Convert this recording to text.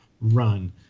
run